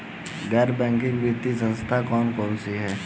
गैर बैंकिंग वित्तीय संस्था कौन कौन सी हैं?